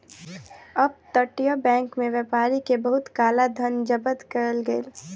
up तटीय bank में व्यापारी के बहुत काला धन जब्त कएल गेल